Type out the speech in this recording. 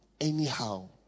anyhow